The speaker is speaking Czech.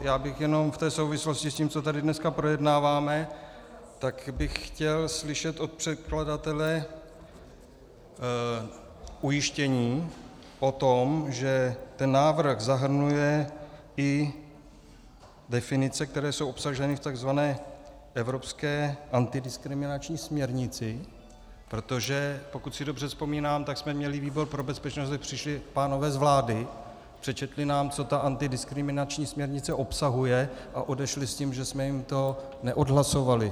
Já bych jenom v té souvislosti s tím, co tady dneska projednáváme, tak bych chtěl slyšet od předkladatele ujištění o tom, že ten návrh zahrnuje i definice, které jsou obsaženy v tzv. evropské antidiskriminační směrnici, protože pokud si dobře vzpomínám, tak jsme měli výbor pro bezpečnost, kde přišli pánové z vlády, přečetli nám, co ta antidiskriminační směrnice obsahuje, a odešli s tím, že jsme jim to neodhlasovali.